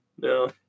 No